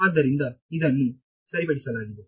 ಆದ್ದರಿಂದ ಇದನ್ನು ಸರಿಪಡಿಸಲಾಗಿದೆ